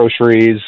groceries